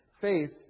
Faith